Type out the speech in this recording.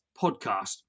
podcast